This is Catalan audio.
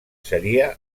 seria